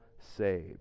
saved